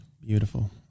Beautiful